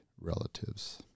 relatives